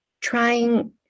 trying